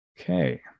Okay